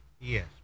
Yes